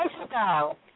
lifestyle